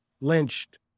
lynched